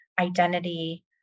identity